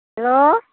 hello